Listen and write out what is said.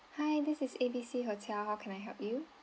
hi this is A B C hotel how can I help you